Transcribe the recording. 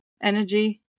energy